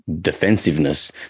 defensiveness